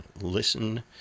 listen